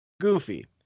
goofy